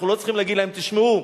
אנחנו לא צריכים להגיד להם: תשמעו,